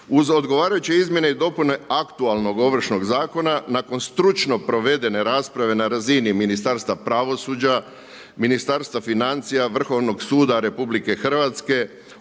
Uz odgovarajuće izmjene i dopune aktualnog ovršnog zakona nakon stručno provedene rasprave na razini Ministarstva pravosuđa, Ministarstva financija, Vrhovnog suda RH, Odvjetničke